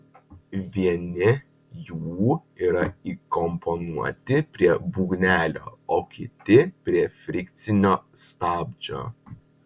vieni jų yra įkomponuoti prie būgnelio o kiti prie frikcinio stabdžio